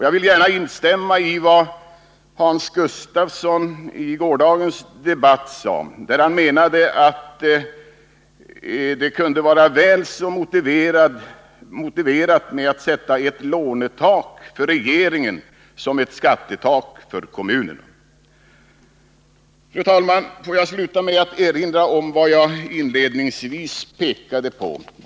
Jag vill gärna instämma i vad Hans Gustafsson i gårdagens debatt sade, nämligen att det kunde vara väl så motiverat att sätta ett lånetak för regeringen som ett skattetak för kommuner. Fru talman! Får jag sluta med att erinra om vad jag inledningsvis pekade på.